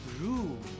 Room